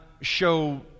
show